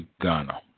Ghana